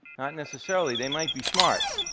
not necessarily. they might be smart.